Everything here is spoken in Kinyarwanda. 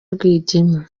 rwigema